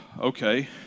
Okay